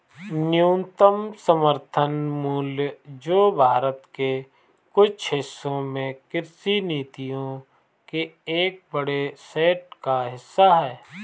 न्यूनतम समर्थन मूल्य जो भारत के कुछ हिस्सों में कृषि नीतियों के एक बड़े सेट का हिस्सा है